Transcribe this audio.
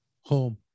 home